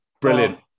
Brilliant